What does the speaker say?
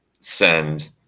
send